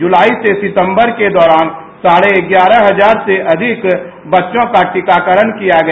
जुलाई से सितंबर के दौरान साढे ग्यारह हजार से अधिक बच्चों का टीकाकरण किया गया